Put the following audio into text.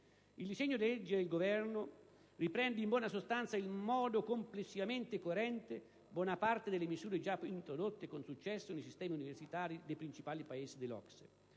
il disegno di legge del Governo riprende in buona sostanza, in modo complessivamente coerente, buona parte delle misure già introdotte con successo nei sistemi universitari dei principali Paesi dell'OCSE.